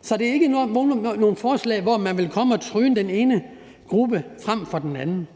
Så det har ikke noget at gøre med nogle forslag, hvor man vil komme og tryne den ene gruppe over for den anden.